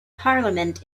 parliament